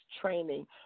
training